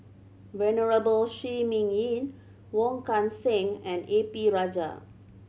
Venerable Shi Ming Yi Wong Kan Seng and A P Rajah